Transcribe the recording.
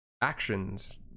actions